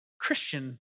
Christian